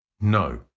No